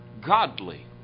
godly